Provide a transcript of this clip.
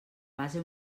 base